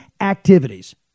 activities